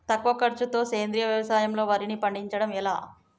తక్కువ ఖర్చుతో సేంద్రీయ వ్యవసాయంలో వారిని పండించడం ఎలా?